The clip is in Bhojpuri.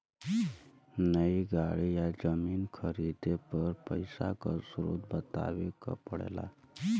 नई गाड़ी या जमीन खरीदले पर पइसा क स्रोत बतावे क पड़ेला